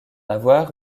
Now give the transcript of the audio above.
avoir